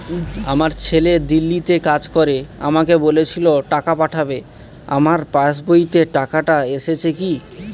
আমার ছেলে দিল্লীতে কাজ করে আমাকে বলেছিল টাকা পাঠাবে আমার পাসবইতে টাকাটা এসেছে কি?